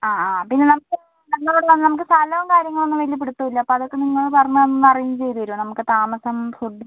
ആ ആ പിന്നെ നമ്മളോട് നമുക്ക് സ്ഥലവും കാര്യങ്ങളൊന്നും വലിയ പിടുത്തം ഇല്ല അപ്പോൾ അതൊക്കെ നിങ്ങൾ പറഞ്ഞൊന്ന് അറേഞ്ച് ചെയ്തുതരുമോ നമുക്ക് താമസം ഫുഡ്